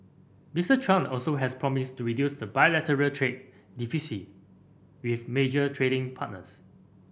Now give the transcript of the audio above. Mister Trump also has promised to reduce bilateral trade deficits with major trading partners